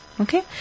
Okay